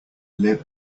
live